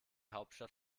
hauptstadt